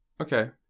Okay